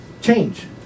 change